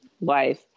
wife